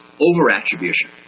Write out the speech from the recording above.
over-attribution